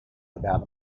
about